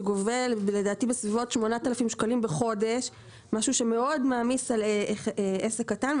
שעולה בסביבות ה-8,000 ₪ בחודש; זה מאוד מעמיס על עסק קטן.